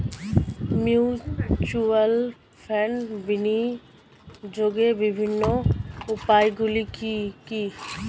Mutual ফান্ডে বিনিয়োগের বিভিন্ন উপায়গুলি কি কি?